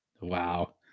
Wow